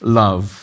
love